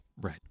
Right